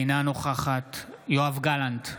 אינה נוכחת יואב גלנט,